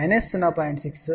కాబట్టి మనం 0